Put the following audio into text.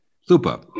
Super